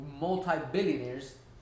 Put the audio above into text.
multi-billionaires